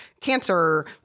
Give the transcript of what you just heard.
cancer